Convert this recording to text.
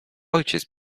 ojciec